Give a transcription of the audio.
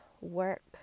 work